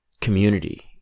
community